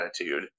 attitude